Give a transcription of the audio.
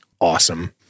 awesome